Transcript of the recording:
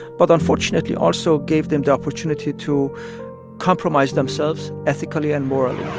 but unfortunately also gave them the opportunity to compromise themselves ethically and morally